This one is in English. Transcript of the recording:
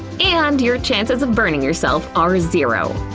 and your chances of buying yourself are zero.